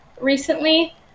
recently